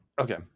Okay